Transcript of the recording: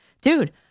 dude